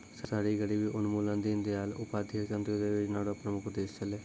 शहरी गरीबी उन्मूलन दीनदयाल उपाध्याय अन्त्योदय योजना र प्रमुख उद्देश्य छलै